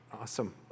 Awesome